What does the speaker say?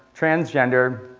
transgender,